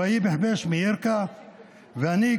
ווהיב כביש מירכא ואני,